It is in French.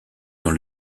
dans